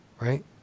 right